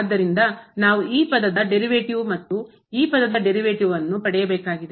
ಆದ್ದರಿಂದ ನಾವು ಈ ಪದದ derivative ವ್ಯುತ್ಪನ್ನ ಮತ್ತು ಈ ಪದದ derivative ವ್ಯುತ್ಪನ್ನ ವನ್ನು ಪಡೆಯಬೇಕಾಗಿದೆ